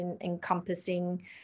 encompassing